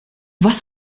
was